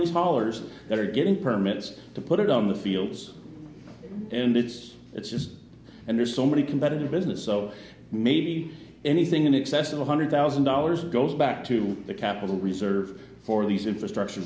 these hollers that are getting permits to put it on the fields and it's it's just and there's so many competitive business so maybe anything in excess of one hundred thousand dollars goes back to the capital reserve for these infrastructure